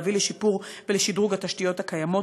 להביא לשיפור ולשדרוג של התשתיות הקיימות,